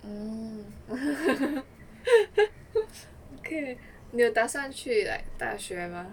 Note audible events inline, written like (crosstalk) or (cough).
mm (laughs) okay 你有打算去 like 大学 mah